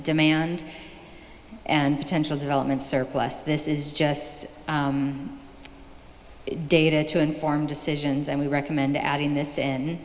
demand and potential development surplus this is just data to inform decisions and we recommend adding this in